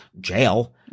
jail